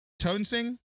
Tonesing